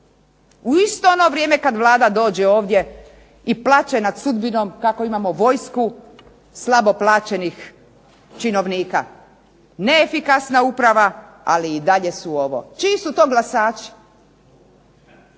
U isto vrijeme kad Vlada dođe ovdje i plače nad sudbinom kako imamo vojsku slabo plaćenih činovnika. Neefikasna uprava ali i dalje su ovo. Čiji su to glasači?